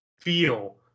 feel